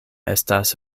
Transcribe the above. estas